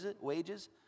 wages